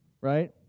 right